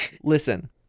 Listen